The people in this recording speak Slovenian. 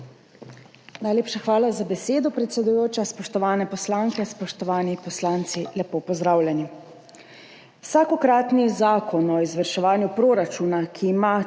Najlepša hvala za besedo, predsedujoča. Spoštovane poslanke, spoštovani poslanci, lepo pozdravljeni! Vsakokratni zakon o izvrševanju proračuna, ki ima